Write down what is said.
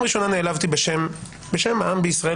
פעם ראשונה נעלבתי בשם העם בישראל,